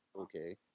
okay